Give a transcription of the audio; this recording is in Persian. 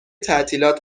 تعطیلات